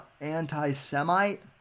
anti-Semite